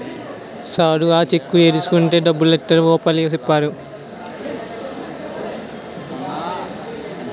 sir ఈ cheque ఏడేసుకుంటే డబ్బులిత్తారో ఓ పాలి సెప్పరూ